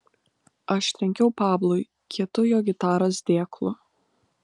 aš trenkiau pablui kietu jo gitaros dėklu